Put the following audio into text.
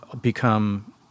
become